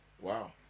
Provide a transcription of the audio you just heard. Wow